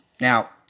Now